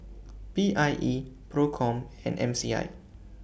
P I E PROCOM and M C I